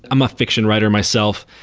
i'm a fiction writer myself.